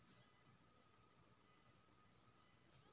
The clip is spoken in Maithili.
गाय के गंगातीरी नस्ल कतय मिलतै?